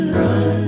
run